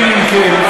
להבדיל אם כן,